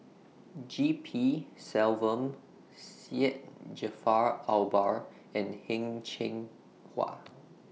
G P Selvam Syed Jaafar Albar and Heng Cheng Hwa